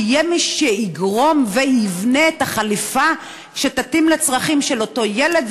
שיהיה מי שיגרום ויבנה את החליפה שתתאים לצרכים של אותו ילד,